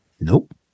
Nope